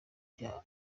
cya